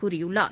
கூறியுள்ளார்